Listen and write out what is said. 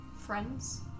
Friends